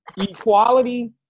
equality